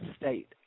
state